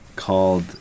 Called